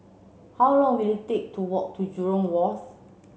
how long will it take to walk to Jurong Wharf